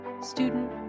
student